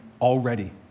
already